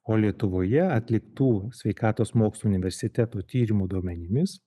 o lietuvoje atliktų sveikatos mokslų universiteto tyrimų duomenimis